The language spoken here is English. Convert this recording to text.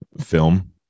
film